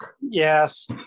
Yes